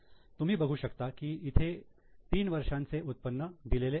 तुम्ही बघू शकता की इथे तीन वर्षांचे उत्पन्न दिलेले आहे